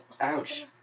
Ouch